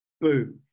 boom